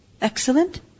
Excellent